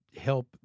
help